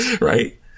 Right